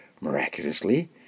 Miraculously